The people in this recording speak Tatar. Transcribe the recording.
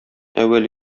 әүвәл